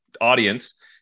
audience